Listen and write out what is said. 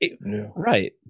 right